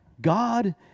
God